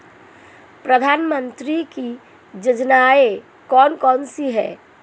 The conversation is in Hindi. प्रधानमंत्री की योजनाएं कौन कौन सी हैं?